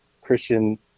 Christian